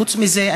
חוץ מזה,